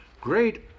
Great